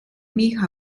mich